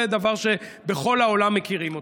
זה דבר שבכל העולם מכירים אותו.